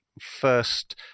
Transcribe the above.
first